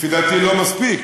לפי דעתי, לא מספיק.